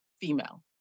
female